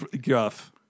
guff